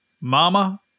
Mama